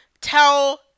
tell